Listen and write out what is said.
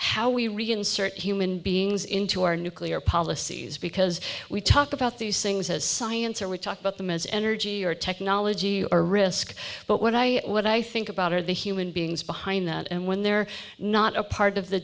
insert human beings into our nuclear policies because we talk about these things as science and we talk about them as energy or technology or risk but what i what i think about are the human beings behind that and when they're not a part of the